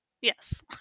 Yes